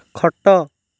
ଖଟ